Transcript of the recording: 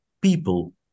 people